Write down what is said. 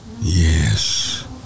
Yes